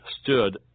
stood